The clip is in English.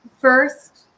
First